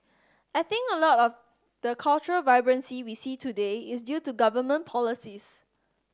I think a lot of the cultural vibrancy we see today is due to government policies